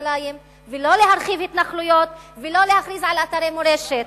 במזרח-ירושלים ולא להרחיב התנחלויות ולא להכריז על אתרי מורשת.